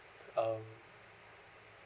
um